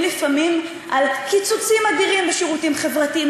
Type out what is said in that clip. לפעמים על קיצוצים אדירים בשירותים חברתיים,